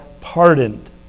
pardoned